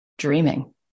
dreaming